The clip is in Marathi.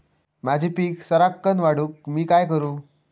माझी पीक सराक्कन वाढूक मी काय करू?